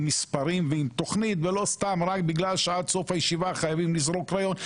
עם מספרים ועם תוכנית ולא סתם בגלל שעד סוף הישיבה צריך זרוק רעיון.